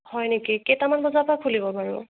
হয় নেকি কেইটামান বজাৰ পৰা খুলিব বাৰু